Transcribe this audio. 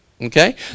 Okay